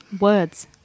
words